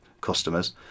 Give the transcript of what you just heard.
customers